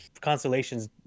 constellations